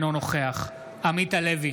אינו נוכח עמית הלוי,